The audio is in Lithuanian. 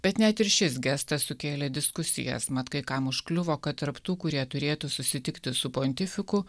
bet net ir šis gestas sukėlė diskusijas mat kai kam užkliuvo kad tarp tų kurie turėtų susitikti su pontifiku